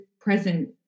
present